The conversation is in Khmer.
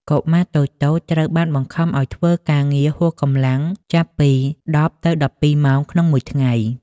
កុមារតូចៗត្រូវបានបង្ខំឱ្យធ្វើការងារហួសកម្លាំងចាប់ពី ១០ ទៅ ១២ ម៉ោងក្នុងមួយថ្ងៃ។